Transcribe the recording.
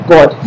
God